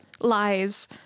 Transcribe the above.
lies